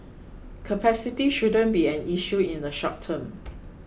capacity shouldn't be an issue in a short term